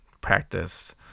practice